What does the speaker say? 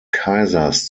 kaisers